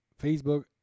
facebook